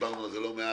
שדיברנו על זה לא מעט,